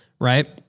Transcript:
right